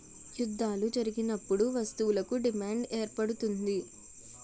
యుద్ధాలు జరిగినప్పుడు వస్తువులకు డిమాండ్ ఏర్పడుతుంది